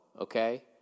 okay